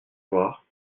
voir